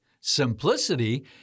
simplicity